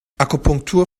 akupunktur